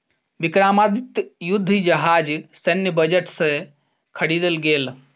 विक्रमादित्य युद्ध जहाज सैन्य बजट से ख़रीदल गेल